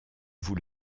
vous